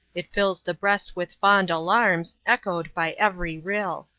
it fills the breast with fond alarms, echoed by every rill.